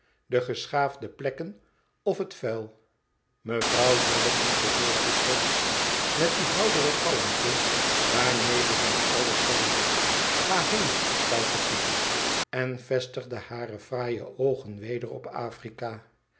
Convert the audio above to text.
de geschaafde plekken of het vuil mevrouw jellyby vervolgde slechts met die heldere kalmte waarmede zij alles zeide ga heen stoute peepy en vestigde hare fraaie oogen weder op afrika